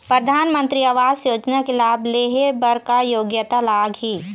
परधानमंतरी आवास योजना के लाभ ले हे बर का योग्यता लाग ही?